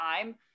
time